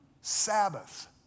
Sabbath